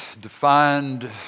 defined